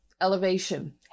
elevation